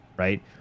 Right